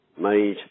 made